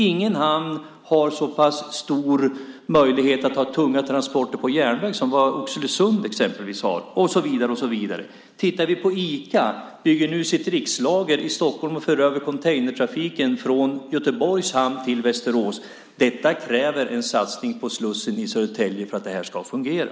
Ingen hamn har så pass stor möjlighet att ta tunga transporter på järnväg som Oxelösund har, och så vidare. Om vi tittar på Ica så bygger man nu sitt rikslager i Västerås och för över containertrafiken från Göteborgs hamn till Västerås. Detta kräver en satsning på slussen i Södertälje för att det ska fungera.